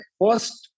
first